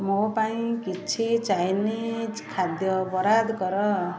ମୋ ପାଇଁ କିଛି ଚାଇନିଜ୍ ଖାଦ୍ୟ ବରାଦ କର